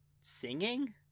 singing